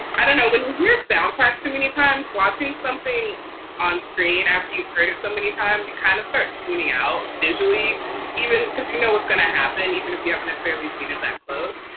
i don't know what your soundtrack too many times, watching something on screen after you've heard it so many times, you kind of start tuning out visually even because you know what's going to happen and even if you haven't necessarily seen it that close.